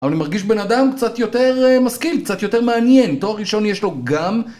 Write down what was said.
אבל אני מרגיש בן אדם קצת יותר משכיל, קצת יותר מעניין, תואר ראשוני יש לו גם